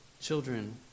children